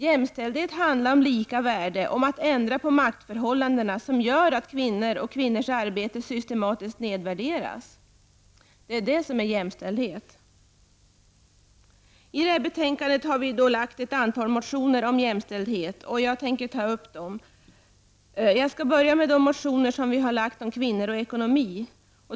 Jämställdhet handlar om lika värde, om att ändra maktförhållandena som gör att kvinnor och kvinnors arbete systematiskt nedvärderas. Det är vad jämställdhet handlar om. I det här betänkandet behandlas ett antal motioner om jämställdhet som vi har väckt. Jag tänker ta upp dem. Jag skall börja med de motioner som vi har väckt om kvinnor och ekonomi.